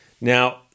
Now